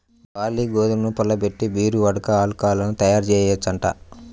barley, గోధుమల్ని పులియబెట్టి beer, vodka, alcohol తయ్యారుజెయ్యొచ్చంట